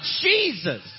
Jesus